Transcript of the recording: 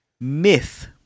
myth